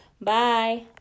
bye